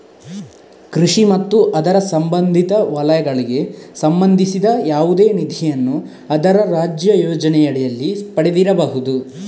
ಕೃಷಿ ಮತ್ತು ಅದರ ಸಂಬಂಧಿತ ವಲಯಗಳಿಗೆ ಸಂಬಂಧಿಸಿದ ಯಾವುದೇ ನಿಧಿಯನ್ನು ಅದರ ರಾಜ್ಯ ಯೋಜನೆಯಡಿಯಲ್ಲಿ ಪಡೆದಿರಬಹುದು